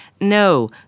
no